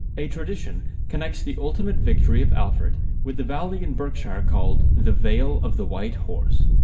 a tradition connects the ultimate victory of alfred with the valley in berkshire called the vale of the white horse.